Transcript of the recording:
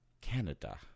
Canada